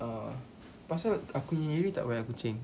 uh pasal aku punya area tak banyak kucing